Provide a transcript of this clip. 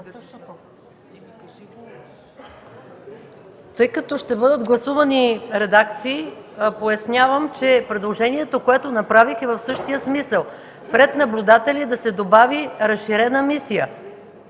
Тъй като ще бъдат гласувани редакции, пояснявам, че предложението, което направих, е в същия смисъл – пред „наблюдатели” да се добави „разширена мисия”.